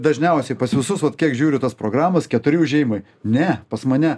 dažniausiai pas visus vat kiek žiūriu tas programas keturi užejimai ne pas mane